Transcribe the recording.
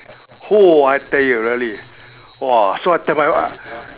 !woo! I tell you really !wah! so I tell my wife